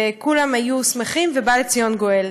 וכולם היו שמחים, ובא לציון גואל.